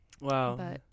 Wow